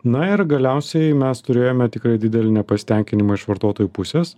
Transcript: na ir galiausiai mes turėjome tikrai didelį nepasitenkinimą iš vartotojų pusės